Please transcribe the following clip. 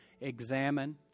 examine